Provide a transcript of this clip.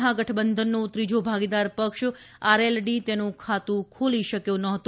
મહાગઠબંધનનો ત્રીજો ભાગીદાર પક્ષ આરએલડી તેનું ખાતું ખોલી શક્યો નહોતો